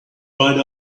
right